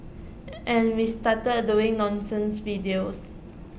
and we started doing nonsense videos